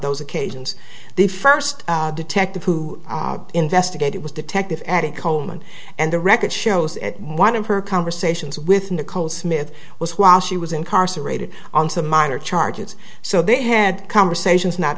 those occasions the first detective who investigated was detective added coleman and the record shows at one of her conversations with nicole smith was while she was incarcerated on some minor charges so they had conversations not